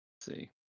see